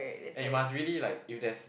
and you must really like if there's